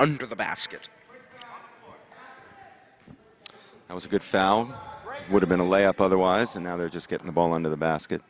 under the basket it was a good foul would have been a lay up otherwise and now they're just getting the ball into the basket